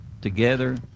together